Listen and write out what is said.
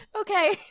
okay